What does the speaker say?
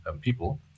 people